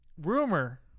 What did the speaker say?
rumor